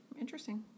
interesting